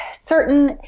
certain